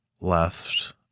left